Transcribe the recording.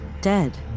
Dead